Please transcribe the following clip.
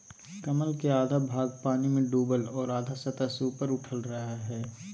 कमल के आधा भाग पानी में डूबल और आधा सतह से ऊपर उठल रहइ हइ